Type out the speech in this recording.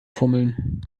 fummeln